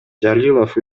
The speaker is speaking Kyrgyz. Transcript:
жалилов